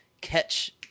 catch